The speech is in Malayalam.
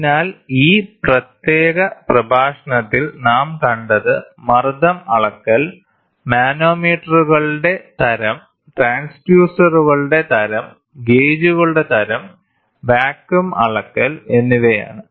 അതിനാൽ ഈ പ്രത്യേക പ്രഭാഷണത്തിൽ നാം കണ്ടത് മർദ്ദം അളക്കൽ മാനോമീറ്ററുകളുടെ തരം ട്രാൻസ്ഡ്യൂസറുകളുടെ തരം ഗേജുകളുടെ തരം വാക്വം അളക്കൽ എന്നിവയാണ്